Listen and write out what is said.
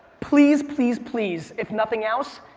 please please please, if nothing else,